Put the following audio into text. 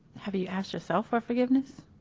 have you asked yourself for forgiveness?